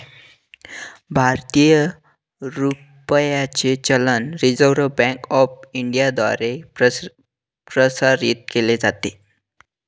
भारतीय रुपयाचे चलन रिझर्व्ह बँक ऑफ इंडियाद्वारे प्रसारित केले जाते